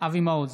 אבי מעוז,